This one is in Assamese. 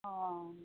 অ'